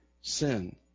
sin